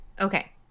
Okay